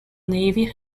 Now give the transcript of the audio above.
navy